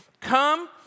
Come